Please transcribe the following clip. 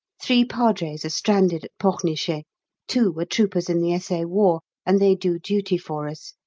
three padres are stranded at pornichet two were troopers in the s a. war, and they do duty for us.